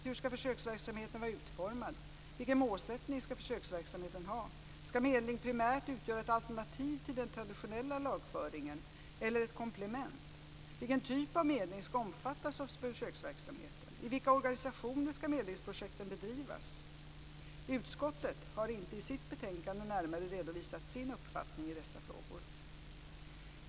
Hur skall försöksverksamheten vara utformad? Vilken målsättning skall försöksverksamheten ha? Skall medling primärt utgöra ett alternativ till den traditionella lagföringen eller ett komplement? Vilken typ av medling skall omfattas av försöksverksamheten? I vilka organisationer skall medlingsprojekten bedrivas? Utskottet har inte i sitt betänkande närmare redovisat sin uppfattning i dessa frågor.